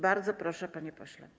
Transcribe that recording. Bardzo proszę, panie pośle.